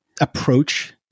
approach